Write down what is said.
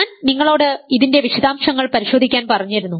ഞാൻ നിങ്ങളോട് ഇതിൻറെ വിശദാംശങ്ങൾ പരിശോധിക്കാൻ പറഞ്ഞിരുന്നു